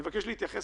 אני רוצה שתעבור